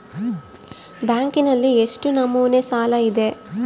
ಬ್ಯಾಂಕಿನಲ್ಲಿ ಎಷ್ಟು ನಮೂನೆ ಸಾಲ ಇದೆ?